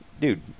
dude